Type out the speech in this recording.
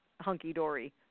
hunky-dory